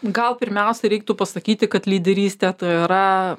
gal pirmiausia reiktų pasakyti kad lyderystė tai yra